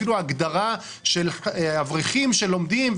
אפילו בהגדרה של אברכים שלומדים,